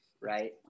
right